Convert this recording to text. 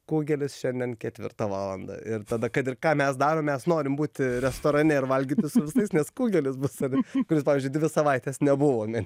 kugelis šiandien ketvirtą valandą ir tada kad ir ką mes darom mes norim būti restorane ir valgyti su visais nes kugelis bus tada kuris pavyzdžiui dvi savaites nebuvo me